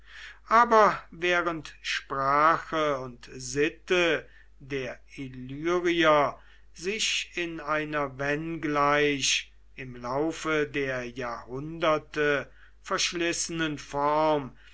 aber während sprache und sitte der illyrier sich in einer wenngleich im laufe der jahrhunderte verschlissenen form